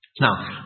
now